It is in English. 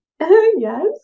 Yes